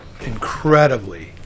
incredibly